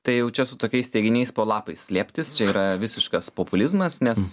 tai jau čia su tokiais teiginiais po lapais slėptis čia yra visiškas populizmas nes